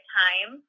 time